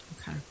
Okay